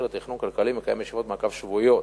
לתכנון כלכלי מקיים ישיבות מעקב שבועיות,